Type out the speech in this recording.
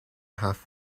half